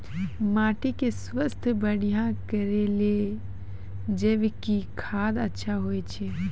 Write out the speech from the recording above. माटी के स्वास्थ्य बढ़िया करै ले जैविक खाद अच्छा होय छै?